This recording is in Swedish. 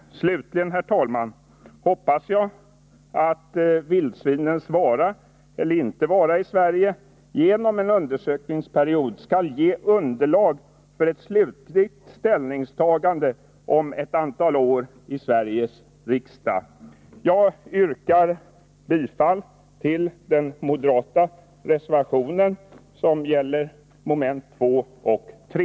Slutligen, herr talman, hoppas jag beträffande frågan om vildsvinens vara eller icke vara i Sverige att en undersökningsperiod skall ge underlag för ett slutligt ställningstagande om ett antal år i Sveriges riksdag. Jag yrkar bifall till den moderata reservationen, som gäller mom. 2 och 3.